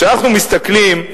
כשאנחנו מסתכלים,